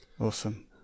Awesome